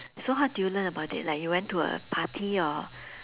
so how did you learn about it like you went to a party or